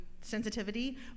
sensitivity